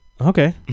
Okay